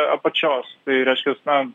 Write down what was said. apačios tai reiškias na